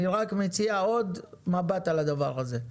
אני רק מציע עוד מבט על הדבר הזה.